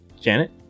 Janet